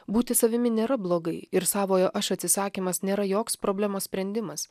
būti savimi nėra blogai ir savojo aš atsisakymas nėra joks problemos sprendimas